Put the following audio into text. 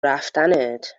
رفتنت